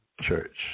church